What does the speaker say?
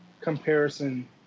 comparison